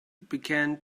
began